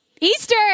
Easter